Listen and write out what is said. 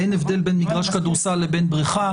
אין הבדל בין מגרש כדורסל לבין בריכה.